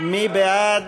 מי בעד?